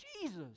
Jesus